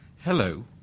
Hello